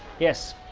yes,